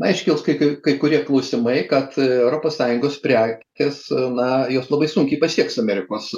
na iškils kai kai kai kurie klausimai kad europos sąjungos prekės na jos labai sunkiai pasieks amerikos